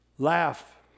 Laugh